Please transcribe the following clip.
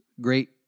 great